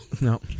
No